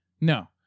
No